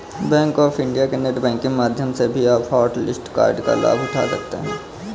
bank of India के net banking माध्यम से भी आप हॉटलिस्ट कार्ड का लाभ उठा सकते हैं